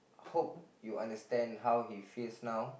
hope you understand how he feels now